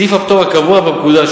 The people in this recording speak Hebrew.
סעיף הפטור הקבוע בפקודה,